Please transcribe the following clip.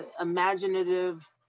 imaginative